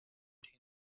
hindus